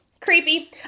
Creepy